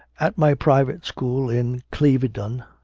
at my private school in clevedon